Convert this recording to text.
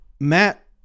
Matt